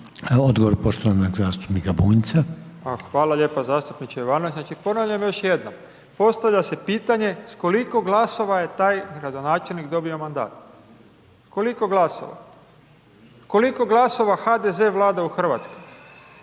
Branimir (Živi zid)** Hvala lijepo zastupniče Jovanović, znači ponavljam još jednom, postavlja se pitanje s koliko glasova je taj gradonačelnik dobio mandat. Koliko glasova? Koliko glasova HDZ vlada u Hrvatskoj?